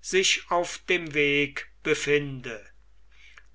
sich auf dem wege befinde